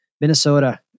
Minnesota